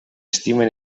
estime